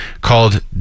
called